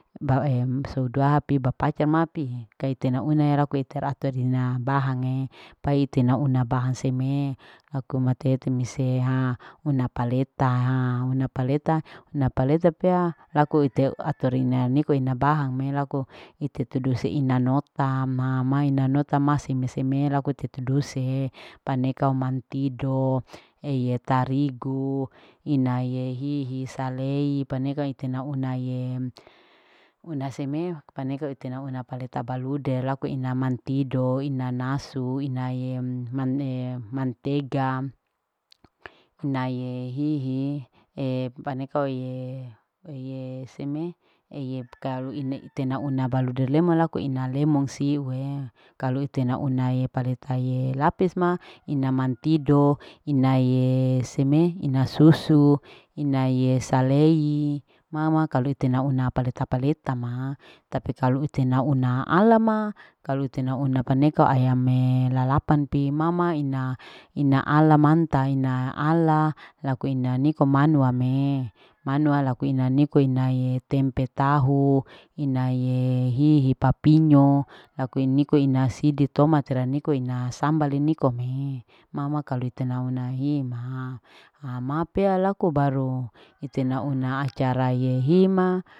kaitena una teratur dina bahange pai tea una bahan seme ha una paleta ha napaleta. napaleta pea laku ite atur ina niko bahane laku ite tuduse ina nota ha ma ina nota seme. seme laku ite tuduse paneke oman tido eye tarigu inaye hihi salei paneka ite nauna ye una seme. paneka ite nauna uta nauna balude laku naina mantido ina nasu inae. inae mantega, inae yiyi ee paneka iye seme kai ite nauna baluder lemo laku laku ina lemon siue kalu ite naunae paletae lapis ma ina mantido inaye seme ina susu. inaye salei mama kalu ite nauna paleta. palete ma tapi kalu ite nauna alama kalu ito nauna ayame lalapan pi mama ina ala manta. ina ala laku ina niko manua me manua laku ina niko inaye tempe tahu inaye hihi papinyo laku ina niko ina sidi tomat rea niko ina sambal nikome mama kalu ite nahuna hima mama pea laku baru ite naina acara nehima.